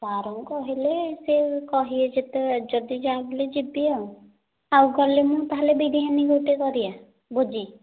ସାର୍ଙ୍କୁ କହିଲେ ସେ କହିବେ ଯେତେବେଳେ ଯଦି ଯାହାବି ହେଲେ ଯିବି ଆଉ ଆଉ ଗଲେ ମୁଁ ତାହେଲେ ବିରିୟାନୀ ଗୋଟେ କରିବା ଭୋଜି